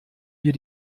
wir